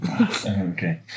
Okay